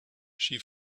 she